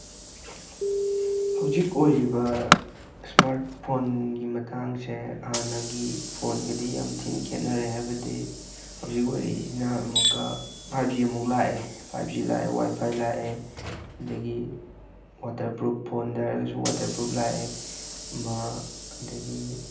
ꯍꯧꯖꯤꯛ ꯑꯣꯏꯔꯤꯕ ꯏꯁꯃꯥꯔꯠ ꯐꯣꯟꯒꯤ ꯃꯇꯥꯡꯁꯦ ꯍꯥꯟꯅꯒꯤ ꯐꯣꯟꯒꯗꯤ ꯌꯥꯝ ꯊꯤꯕ ꯈꯦꯠꯅꯔꯦ ꯍꯥꯏꯕꯗꯤ ꯍꯧꯖꯤꯛ ꯑꯣꯏꯔꯛꯏꯁꯤꯅ ꯑꯃꯨꯛꯀ ꯐꯥꯏꯚ ꯖꯤ ꯑꯃꯨꯛ ꯂꯥꯛꯑꯦ ꯐꯥꯏꯚ ꯖꯤ ꯂꯥꯛꯑꯦ ꯋꯥꯏꯐꯥꯏ ꯂꯥꯛꯑꯦ ꯑꯗꯒꯤ ꯋꯥꯇꯔꯄ꯭ꯔꯨꯞ ꯐꯣꯟꯗ ꯍꯥꯏꯔꯒꯁꯨ ꯋꯥꯇꯔꯄ꯭ꯔꯨꯞ ꯂꯥꯛꯑꯦ ꯃꯥ ꯑꯗꯒꯤ